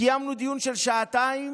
קיימנו דיון של שעתיים.